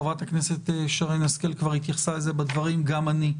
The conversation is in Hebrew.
חברת הכנסת שרן השכל כבר התייחסה לזה בדברים וגם אני.